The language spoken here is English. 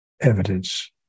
evidence